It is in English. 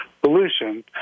pollution